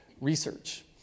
Research